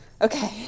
okay